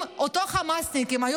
אם ב-7 באוקטובר אותם חמאסניקים היו